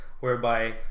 whereby